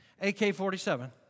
AK-47